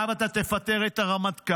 עכשיו אתה תפטר את הרמטכ"ל,